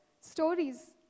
stories